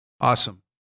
Awesome